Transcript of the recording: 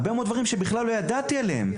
היו הרבה מאוד דברים שבכלל לא ידעתי עליהם.